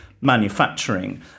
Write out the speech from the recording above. manufacturing